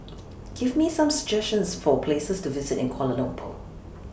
Give Me Some suggestions For Places to visit in Kuala Lumpur